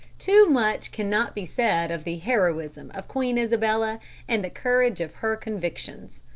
too much cannot be said of the heroism of queen isabella and the courage of her convictions.